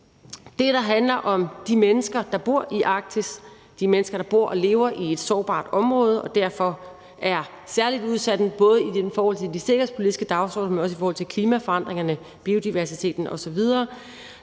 det, der handler om de mennesker, der bor i Arktis, altså de mennesker, der bor og lever i et sårbart område og derfor er særlig udsatte, både i forhold til de sikkerhedspolitiske dagsordener, men også i forhold til klimaforandringerne, biodiversiteten osv.